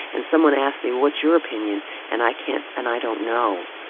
and someone asks me, what's your opinion and i can't and i don't know,